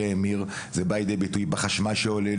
זה בא לידי ביטוי בחשמל שעולה לי,